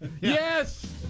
Yes